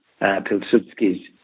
Pilsudski's